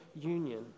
union